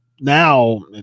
now